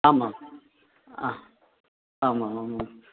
आम् आम् आम् आम् आम् आम्